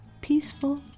peaceful